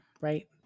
right